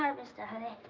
um mr. honey.